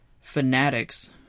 fanatics